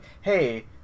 hey